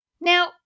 Now